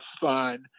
fun